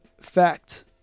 fact